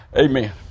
Amen